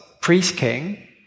priest-king